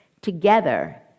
together